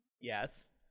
Yes